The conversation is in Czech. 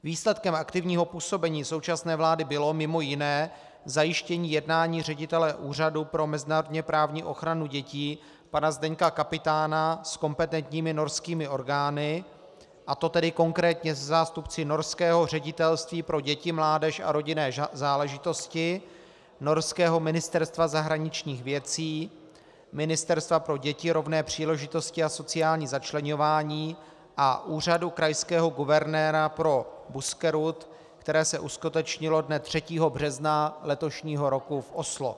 Výsledkem aktivního působení současné vlády bylo mimo jiné zajištění jednání ředitele Úřadu pro mezinárodněprávní ochranu dětí pana Zdeňka Kapitána s kompetentními norskými orgány, a to tedy konkrétně se zástupci norského Ředitelství pro děti, mládež a rodinné záležitosti, norského Ministerstva zahraničních věcí, Ministerstva pro děti, rovné příležitosti a sociální začleňování a úřadu krajského guvernéra pro Buskerud, které se uskutečnilo dne 3. března letošního roku v Oslu.